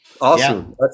awesome